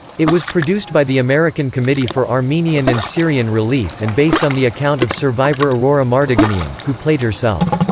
it was produced by the american committee for armenian and syrian relief and based on the account of survivor aurora mardiganian, who played herself.